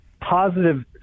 positive